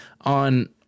on